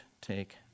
take